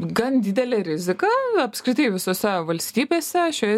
gan didelė rizika apskritai visose valstybėse šioje